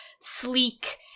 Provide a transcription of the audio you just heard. sleek